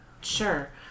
Sure